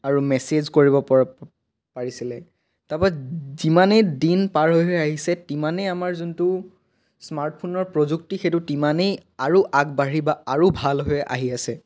আৰু মেছেজ কৰিব পৰা পাৰিছিলে তাপা যিমানেই দিন পাৰ হৈ হৈ আহিছে তিমানেই আমাৰ যোনটো স্মাৰ্টফোনৰ প্ৰযুক্তি সেইটো তিমানেই আৰু আগবাঢ়ি বা আৰু ভাল হৈ আহি আছে